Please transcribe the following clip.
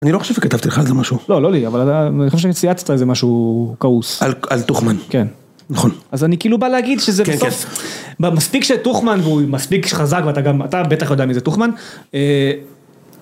אני לא חושב שכתבתי לך על זה משהו. לא, לא לי, אבל אני חושב שצייצת איזה משהו כעוס. על תוכמן. כן. נכון. אז אני כאילו בא להגיד שזה בסוף. מספיק שתוכמן הוא מספיק חזק ואתה גם, אתה בטח יודע מזה תוכמן.